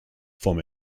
vom